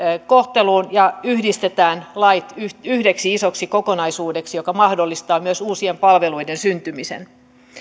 kohteluun ja yhdistetään lait yhdeksi isoksi kokonaisuudeksi joka mahdollistaa myös uusien palveluiden syntymisen